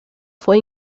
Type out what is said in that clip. fue